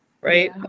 right